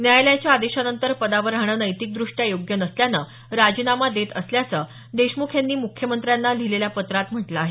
न्यायालयाच्या आदेशानंतर पदावर राहणं नैतिकदृष्ट्या योग्य नसल्यानं राजीनामा देत असल्याचं देशमुख यांनी मुख्यमंत्री उद्धव ठाकरे यांना लिहिलेल्या पत्रात म्हटलं आहे